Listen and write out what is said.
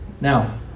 now